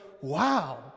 wow